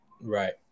Right